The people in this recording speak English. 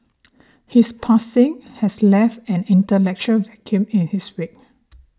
his passing has left an intellectual vacuum in his wake